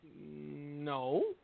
No